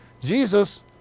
Jesus